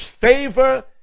favor